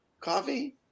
Coffee